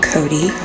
Cody